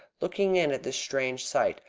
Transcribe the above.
looking in at this strange sight,